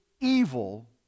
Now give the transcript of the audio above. evil